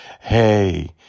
Hey